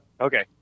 Okay